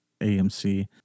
AMC